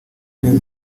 ineza